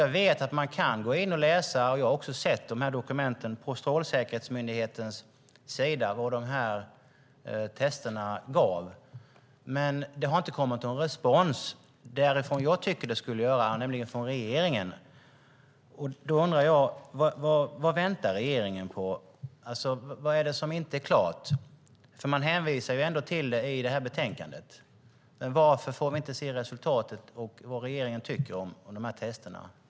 Jag vet att man kan gå in och läsa dessa dokument på Strålsäkerhetsmyndighetens hemsida för att se vad dessa tester gav. Men det har inte kommit någon respons från det håll som jag tycker att den skulle komma, nämligen från regeringen. Vad väntar regeringen på? Vad är det som inte är klart. Det hänvisas ändå till detta i betänkandet. Men varför får vi inte se resultatet och vad regeringen tycker om dessa tester?